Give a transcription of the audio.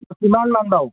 কিমানমান বাৰু